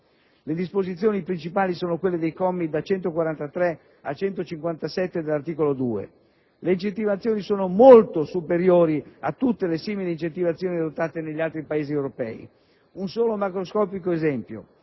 Le disposizioni principali sono quelle contenute nei commi da 143 a 157 dell'articolo 2. Le incentivazioni sono molto superiori a tutte le simili incentivazioni adottate negli altri Paesi europei. Un solo macroscopico esempio: